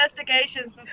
investigations